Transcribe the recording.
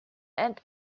and